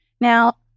Now